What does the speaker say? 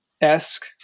esque